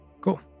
Cool